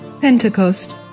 Pentecost